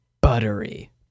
buttery